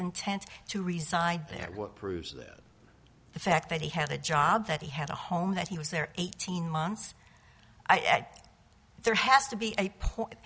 intent to reside there what proves that the fact that he had a job that he had a home that he was there eighteen months i thought there has to be a point